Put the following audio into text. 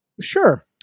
sure